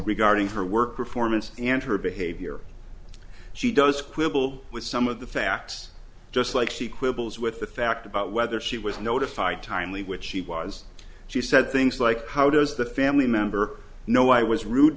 regarding her work performance and her behavior she does quibble with some of the facts just like she quibbles with the fact about whether she was notified timely which she was she said things like how does the family member know i was rude